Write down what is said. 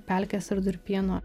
pelkės ir durpyno